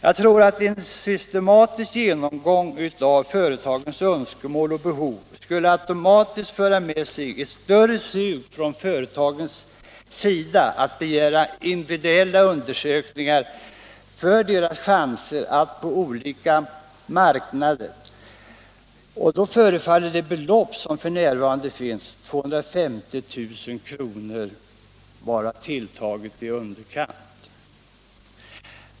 Jag tror att en systematisk genomgång av företagens önskemål och behov automatiskt skulle föra med sig ett större sug från företagens sida att begära individuella undersökningar av deras chanser på olika marknader, men då förefaller det belopp som f.n. finns anslaget, 250 000 kr., vara tilltaget i underkant.